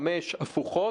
חמש הפוכות?